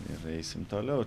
ir eisim toliau